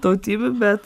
tautybių bet